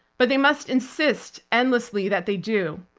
but they must insist endlessly that they do.